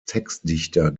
textdichter